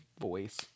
voice